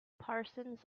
parsons